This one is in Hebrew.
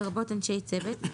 לרבות אנשי צוות,